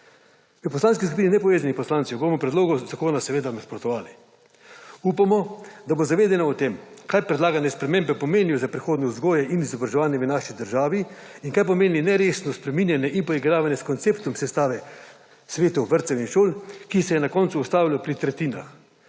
V Poslanski skupini Nepovezanih poslancev bomo predlogu zakona seveda nasprotovali. Upamo, da bo zavedanje o tem kaj predlagane spremembe pomenijo za prihodnost vzgoje in izobraževanja v naši državi in kaj pomeni neresno spreminjanje in poigravanje s konceptom sestave svetov vrtcev in šol, ki se je na koncu ustavilo pri tretjinah,